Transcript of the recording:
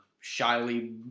shyly